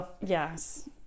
Yes